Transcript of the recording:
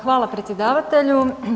Hvala predsjedavatelju.